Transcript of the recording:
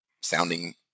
sounding